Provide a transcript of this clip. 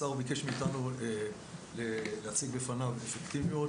השר ביקש מאיתנו להציג בפניו אפקטיביות,